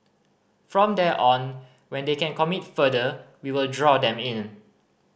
from there on when they can commit further we will draw them in